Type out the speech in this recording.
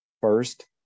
First